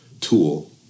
tool